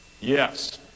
yes